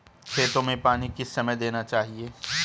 खेतों में पानी किस समय देना चाहिए?